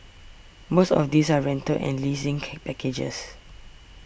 most of these are rental and leasing packages